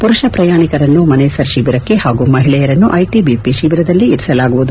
ಪುರುಷ ಪ್ರಯಾಣಿಕರನ್ನು ಮನೇಸರ್ ತಿಬಿರಕ್ಕೆ ಹಾಗೂ ಮಹಿಳೆಯರನ್ನು ಐಟಬಿಪಿ ತಿಬಿರದಲ್ಲಿ ಇರಿಸಲಾಗುವುದು